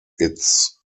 its